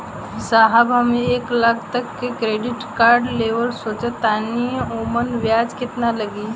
साहब हम एक लाख तक क क्रेडिट कार्ड लेवल सोचत हई ओमन ब्याज कितना लागि?